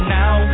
now